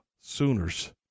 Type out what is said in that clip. Sooners